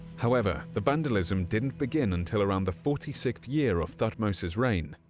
however, the vandalism didn't begin until around the forty sixth year of thutmose's reign,